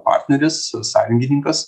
partneris sąjungininkas